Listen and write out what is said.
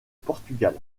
portugal